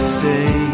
say